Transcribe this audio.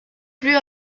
plus